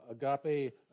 Agape